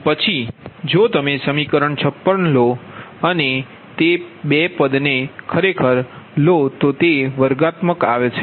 પછી જો તમે સમીકરણ 56 લો તો તે 2 પદ તે ખરેખર વર્ગાત્મક આવે છે